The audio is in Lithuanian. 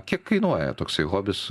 kiek kainuoja toksai hobis